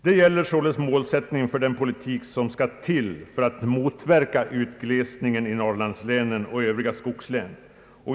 Det gäller således målsättningen för den politik som skall till för att motverka utglesningen i Norrlandslänen och övriga skogslän.